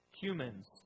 Humans